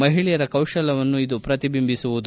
ಮಹಿಳೆಯರ ಕೌಶಲವನ್ನು ಇದು ಪ್ರತಿಬಿಂಬಿಸುವುದು